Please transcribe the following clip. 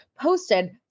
posted